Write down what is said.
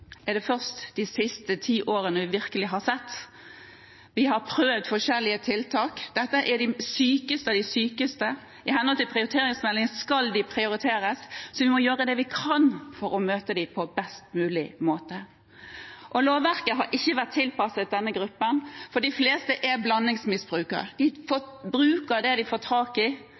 er det først de siste tiårene vi virkelig har sett. Vi har prøvd forskjellige tiltak. Dette er de sykeste av de syke. I henhold til prioriteringsmeldingen skal de prioriteres, så vi må gjøre det vi kan for å møte dem på best mulig måte. Lovverket har ikke vært tilpasset denne gruppen, for de fleste er blandingsmisbrukere. De bruker det de får tak i,